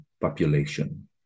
population